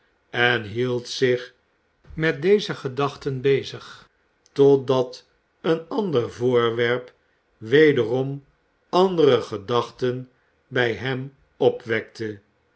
en hield zich met deze gedachten bezig totdat een ander voorwerp wederom andere gedachten bij hem opwekte